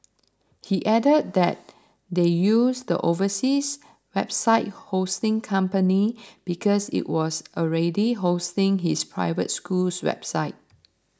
he added that they used the overseas website hosting company because it was already hosting his private school's website